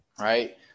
right